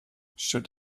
should